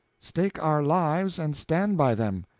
stake our lives and stand by them!